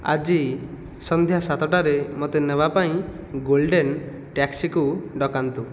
ଆଜି ସନ୍ଧ୍ୟା ସାତଟାରେ ମୋତେ ନେବା ପାଇଁ ଗୋଲ୍ଡେନ୍ ଟ୍ୟାକ୍ସିକୁ ଡକାନ୍ତୁ